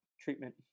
treatment